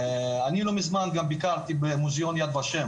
אני לא מזמן ביקרתי במוזיאון יד ושם